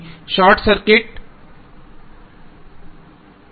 short circuit current